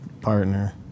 partner